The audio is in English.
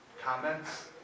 comments